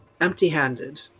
empty-handed